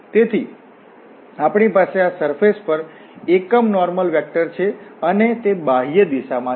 તેથી આપણી પાસે આ સરફેશ પર એકમ નોર્મલ વેક્ટર છે અને તે બાહ્ય દિશામાં છે